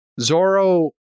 Zoro